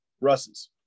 Russ's